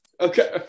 okay